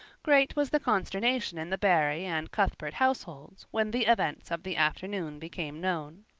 great was the consternation in the barry and cuthbert households when the events of the afternoon became known.